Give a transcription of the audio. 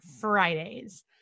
Fridays